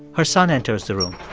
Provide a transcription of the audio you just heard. her son enters the room.